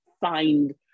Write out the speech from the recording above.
find